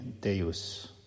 deus